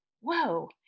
whoa